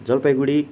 Jalpaiguri